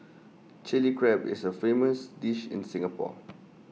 Chilli Crab is A famous dish in Singapore